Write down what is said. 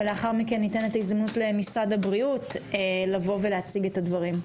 ולאחר מכן ניתן את ההזדמנות למשרד הבריאות לבוא ולהציג את הדברים.